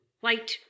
white